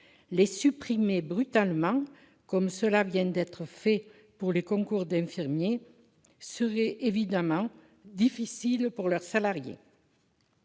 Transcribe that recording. Les supprimer brutalement, comme cela vient d'être fait pour les concours d'infirmiers, serait évidemment difficile pour leurs salariés.